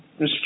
Mr